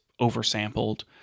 oversampled